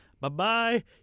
bye-bye